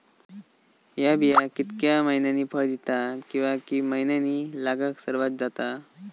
हया बिया कितक्या मैन्यानी फळ दिता कीवा की मैन्यानी लागाक सर्वात जाता?